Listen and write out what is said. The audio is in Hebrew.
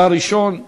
אתה הראשון,